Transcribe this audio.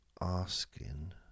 asking